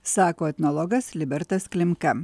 sako etnologas libertas klimka